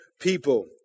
people